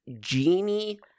genie